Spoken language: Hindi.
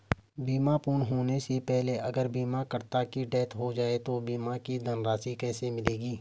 बीमा पूर्ण होने से पहले अगर बीमा करता की डेथ हो जाए तो बीमा की धनराशि किसे मिलेगी?